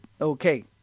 Okay